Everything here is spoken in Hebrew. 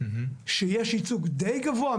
שיש ייצוג די גבוה,